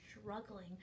struggling